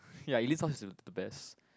ya Eileen's house is the best